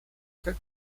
как